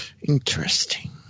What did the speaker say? Interesting